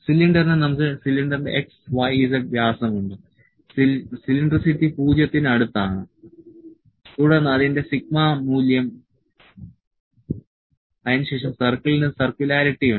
സിലിണ്ടറിന് നമുക്ക് സിലിണ്ടറിന്റെ X Y Z വ്യാസമുണ്ട് സിലിണ്ടറിസിറ്റി 0 ന് അടുത്താണ് തുടർന്ന് അതിന്റെ സിഗ്മ മൂല്യം അതിനുശേഷം സർക്കിളിനു സർക്കുലാരിറ്റി ഉണ്ട്